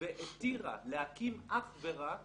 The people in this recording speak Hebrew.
והתירה להקים אך ורק